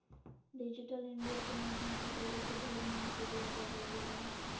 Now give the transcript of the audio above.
digital India के माध्यम से लोगों के ढेर मनी सुविधा देवल गेलय ह